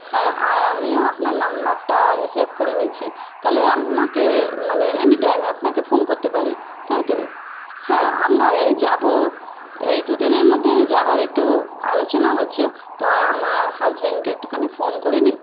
হ্যাঁ আর আমিও আপনার নাম্বারটা সেভ করে নিচ্ছি তাহলে আপনাকে মানে এনি টাইমে আপনাকে ফোন করতে পারি তাই তো হ্যাঁ আমরা এই যাবো এই দু দিনের মধ্যে যাওয়ার একটু আলোচনা হচ্ছে তো আমার হাজব্যাণ্ডকে একটুখানি ফোন করে নিই